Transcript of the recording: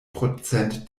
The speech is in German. prozent